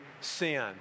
sin